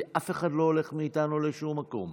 כי אף אחד מאיתנו לא הולך לשום מקום.